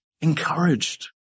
encouraged